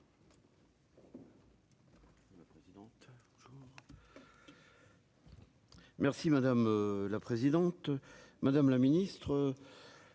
Merci madame la présidente, madame la ministre,